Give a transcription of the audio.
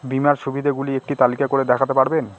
বীমার সুবিধে গুলি একটি তালিকা করে দেখাতে পারবেন?